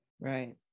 Right